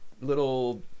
little